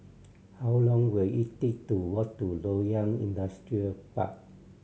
how long will it take to walk to Loyang Industrial Park